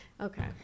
Okay